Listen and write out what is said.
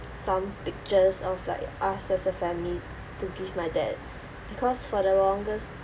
some pictures of like us as a family to give my dad because for the longest